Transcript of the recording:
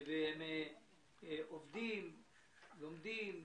הם עובדים, לומדים,